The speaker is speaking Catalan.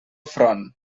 front